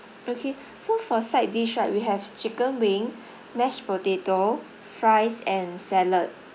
okay so for side dish right we have chicken wing mashed potato fries and salad